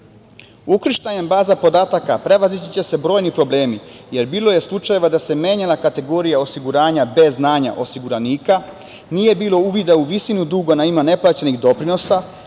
mestu. Ukrštanjem baza podataka prevazići će se brojni problemi, jer bilo je slučajeva da se menjana na kategorija osiguranja bez znanja osiguranika, nije bilo uvida u visinu duga na ime neplaćenih doprinosa,